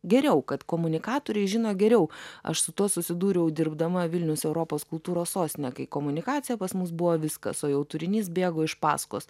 geriau kad komunikatoriai žino geriau aš su tuo susidūriau dirbdama vilnius europos kultūros sostinė kai komunikacija pas mus buvo viskas o jau turinys bėgo iš pasakos